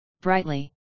brightly